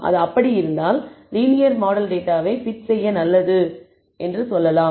அது அப்படி இருந்தால் லீனியர் மாடல் டேட்டாவை fit செய்ய நல்லது என்று சொல்லலாம்